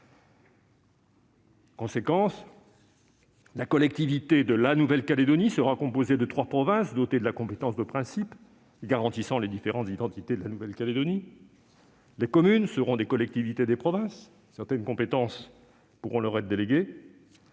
conséquence, la collectivité de la Nouvelle-Calédonie sera composée de trois provinces dotées de la compétence de principe et garantissant les différentes identités de la Nouvelle-Calédonie. Les communes seront des collectivités des provinces et certaines compétences pourront leur être déléguées.